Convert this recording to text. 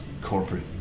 corporate